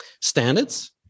standards